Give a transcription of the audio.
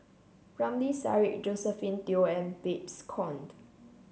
Ramli Sarip Josephine Teo and Babes Conde